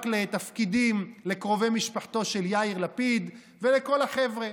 רק לתפקידים לקרובי משפחתו של יאיר לפיד ולכל החבר'ה.